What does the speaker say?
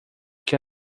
que